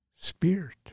Spirit